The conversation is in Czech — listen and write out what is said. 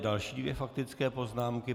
Další dvě faktické poznámky.